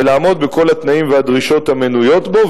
ולעמוד בכל התנאים והדרישות המנויות בו,